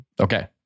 Okay